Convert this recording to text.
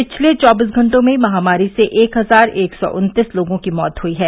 पिछले चौबीस घंटों में महामारी से एक हजार एक सौ उन्तीस लोगों की मौत हुई है